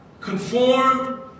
conform